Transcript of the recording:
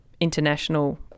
international